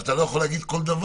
אז אתה לא יכול להגיד כל דבר